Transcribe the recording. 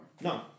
no